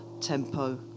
tempo